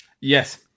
Yes